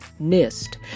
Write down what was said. NIST